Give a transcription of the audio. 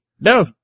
No